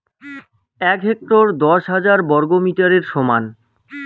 এক হেক্টর দশ হাজার বর্গমিটারের সমান